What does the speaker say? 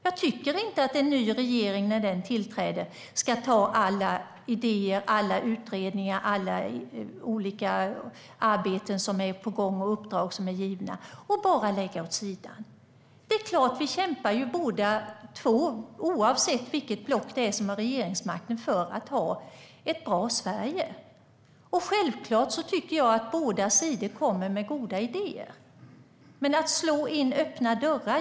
Jag tycker inte att en ny regering när den tillträder ska ta alla idéer, alla utredningar, alla arbeten som är på gång och alla uppdrag som är givna och bara lägga dem åt sidan. Det är klart att båda blocken, oavsett vilket det är som har regeringsmakten, kämpar för ett bra Sverige. Självklart tycker jag att båda sidor kommer med goda idéer. Men det handlar om att slå in öppna dörrar.